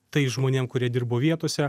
tais žmonėm kurie dirbo vietose